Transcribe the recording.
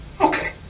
Okay